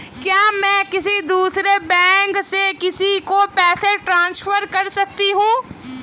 क्या मैं किसी दूसरे बैंक से किसी को पैसे ट्रांसफर कर सकती हूँ?